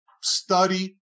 study